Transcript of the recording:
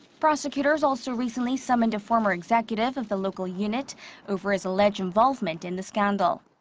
prosecutors also recently summoned a former executive of the local unit over his alleged involvement in the scandal.